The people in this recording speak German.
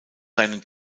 seinen